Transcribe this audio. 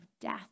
death